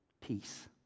peace